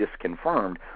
disconfirmed